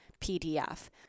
pdf